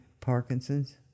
Parkinson's